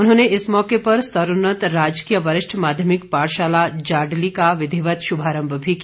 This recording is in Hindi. उन्होंने इस मौके पर स्तरोन्नत राजकीय वरिष्ठ माध्यमिक पाठशाला जाडली का विधिवत शुभारम्भ भी किया